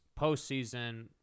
postseason